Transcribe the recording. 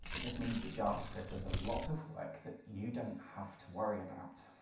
it just means that javascript does a lot of work that you don't have to worry about.